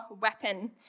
weapon